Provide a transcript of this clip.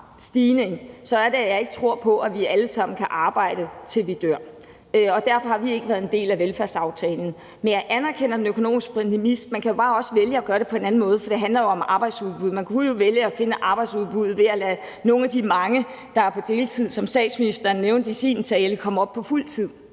stigning, så er det, fordi jeg ikke tror på, at vi alle sammen kan arbejde, til vi dør, og derfor har vi ikke været en del af velfærdsaftalen. Men jeg anerkender den økonomiske præmis, men man kan jo bare også vælge at gøre det på en anden måde, for det handler jo om arbejdsudbud. Man kunne jo vælge at finde arbejdsudbuddet ved at lade nogle af de mange, der er på deltid, som statsministeren nævnte i sin tale, komme op på fuld tid.